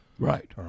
Right